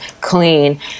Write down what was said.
clean